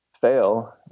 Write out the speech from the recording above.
fail